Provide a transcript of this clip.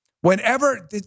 Whenever